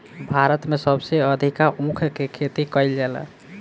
भारत में सबसे अधिका ऊख के खेती कईल जाला